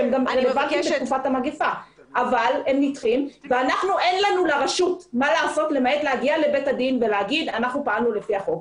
לרשות אין מה לעשות למעט להגיע לבית הדין ולומר שאנחנו פעלנו לפי החוק.